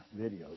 videos